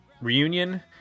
reunion